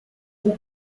who